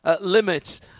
limits